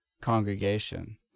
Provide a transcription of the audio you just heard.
congregation